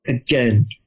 again